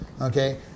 Okay